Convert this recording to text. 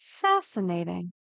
Fascinating